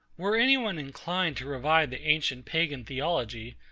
were any one inclined to revive the ancient pagan theology,